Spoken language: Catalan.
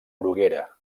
bruguera